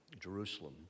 Jerusalem